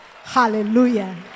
Hallelujah